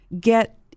get